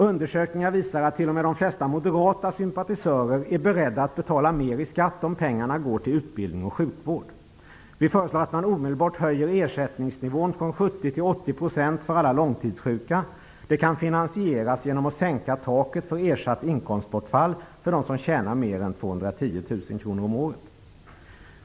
Undersökningar visar att t.o.m. de flesta moderata sympatisörer är beredda att betala mer i skatt om pengarna går till utbildning och sjukvård. Vi föreslår att man omedelbart höjer ersättningsnivån från 70 % till 80 e% för alla långtidssjuka. Det kan finansieras genom sänkt tak för ersatt inkomstbortfall för dem som tjänar mer än 210 000 kr om året.